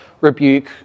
rebuke